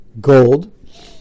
gold